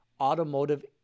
automotive